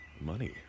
money